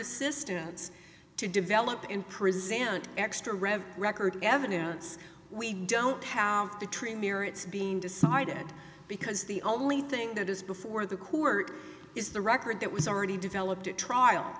assistance to develop in presenting extra rev record evidence we don't have the tree near it's being decided because the only thing that is before the court is the record that was already developed at trial